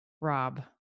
Rob